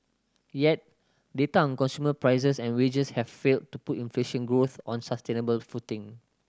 yet data on consumer prices and wages have failed to put inflation growth on sustainable footing